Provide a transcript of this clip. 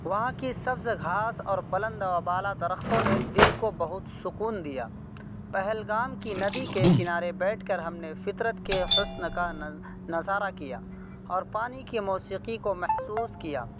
وہاں کی سبز گھاس اور بلند و بالا درختوں نے دل کو بہت سکون دیا پہلگام کی ندی کے کنارے بیٹھ کر ہم نے فطرت کے حسن کا نظارہ کیا اور پانی کے موسیقی کو محسوس کیا